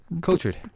Cultured